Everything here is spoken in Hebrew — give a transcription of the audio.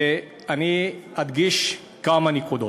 ואני אדגיש כמה נקודות.